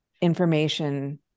information